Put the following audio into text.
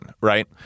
Right